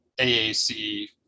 AAC